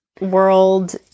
world